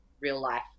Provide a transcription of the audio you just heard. real-life